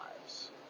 lives